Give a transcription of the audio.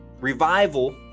Revival